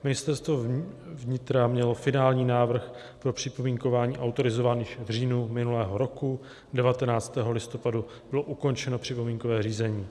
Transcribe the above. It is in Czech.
Ministerstvo vnitra mělo finální návrh pro připomínkování autorizovaných v říjnu minulého roku, 19. listopadu bylo ukončeno připomínkové řízení.